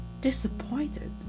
disappointed